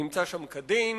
נמצא שם כדין,